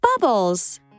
bubbles